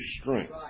strength